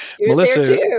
Melissa